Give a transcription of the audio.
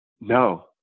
no